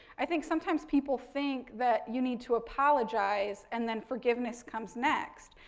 i think sometimes people think that you need to apologize and then forgiveness comes next.